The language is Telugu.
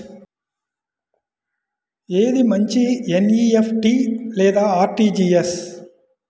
ఏది మంచి ఎన్.ఈ.ఎఫ్.టీ లేదా అర్.టీ.జీ.ఎస్?